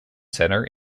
center